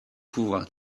pouvoir